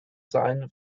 sein